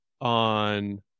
on